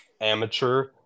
Amateur